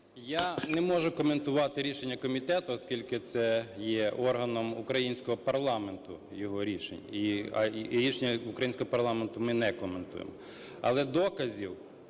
Я не можу коментувати рішення комітету, оскільки це є органом українського парламенту, його рішення. І рішення українського парламенту ми не коментуємо, але доказів